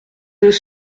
deux